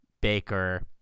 Baker